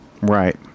Right